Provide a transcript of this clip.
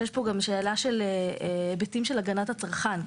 שיש פה שאלה של היבטים של הגנת הצרכן.